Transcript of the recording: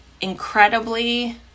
incredibly